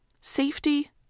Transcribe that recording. safety